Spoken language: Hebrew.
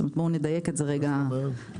נדייק את זה רגע.